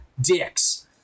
dicks